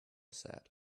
said